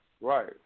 Right